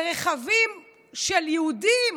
ורכבים של יהודים